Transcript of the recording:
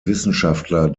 wissenschaftler